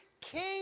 king